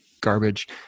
garbage